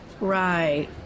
Right